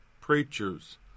preachers